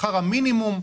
שכר המינימום,